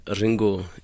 Ringo